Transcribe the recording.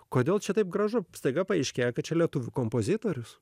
kodėl čia taip gražu staiga paaiškėjo kad čia lietuvių kompozitorius